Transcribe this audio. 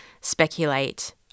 speculate